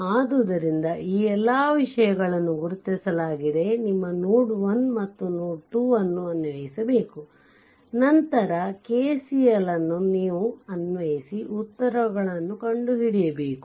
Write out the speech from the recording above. ಆದ್ದರಿಂದ ಈ ಎಲ್ಲಾ ವಿಷಯಗಳನ್ನು ಗುರುತಿಸಲಾಗಿದೆ ನಿಮ್ಮ ನೋಡ್ 1 ಮತ್ತು ನೋಡ್ 2 ಅನ್ನು ಅನ್ವಯಿಸಬೇಕು ನಂತರ KCL ಅನ್ನು ನೀವು ಅನ್ವಯಿಸಿ ಉತ್ತರಗಳನ್ನು ಕಂಡು ಹಿಡಿಯಬೇಕು